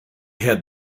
had